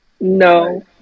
No